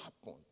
happen